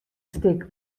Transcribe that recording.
stik